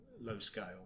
low-scale